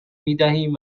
میدهیم